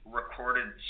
recorded